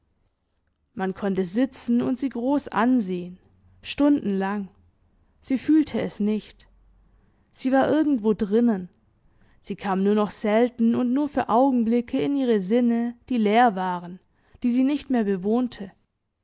man konnte sitzen und sie groß ansehen stundenlang sie fühlte es nicht sie war irgendwo drinnen sie kam nur noch selten und nur für augenblicke in ihre sinne die leer waren die sie nicht mehr bewohnte